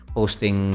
Posting